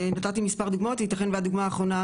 נתתי מספר דוגמאות וייתכן והדוגמה האחרונה,